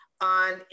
on